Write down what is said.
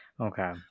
Okay